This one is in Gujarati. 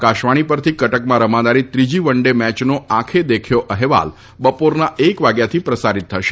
આકાશવાણી પરથી કટકમાં રમાનારી ત્રીજી વન ડે મેયનો આંખે દેખ્યો અહેવાલ બપોરના એક વાગ્યાથી પ્રસારિત થશે